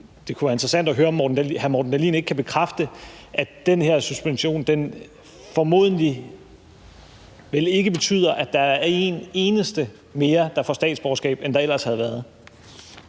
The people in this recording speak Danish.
det kunne være interessant at høre, om hr. Morten Dahlin ikke kan bekræfte, at den her suspension formodentlig ikke vil betyde, at der er en eneste mere, der får statsborgerskab, end der ellers ville have været.